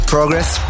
Progress